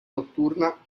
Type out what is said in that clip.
notturna